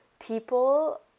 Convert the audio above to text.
people